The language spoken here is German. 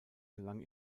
gelang